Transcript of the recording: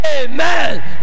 amen